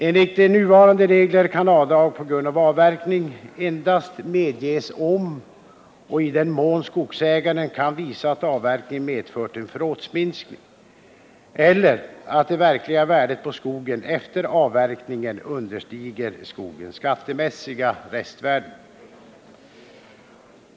Enligt nuvarande regler kan avdrag på grund av avverkning endast medges om och i den mån skogsägaren kan visa att avverkningen medfört en förrådsminskning eller att det verkliga värdet på skogen efter avverkningen understiger skogens skattemässiga restvärde.